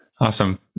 Awesome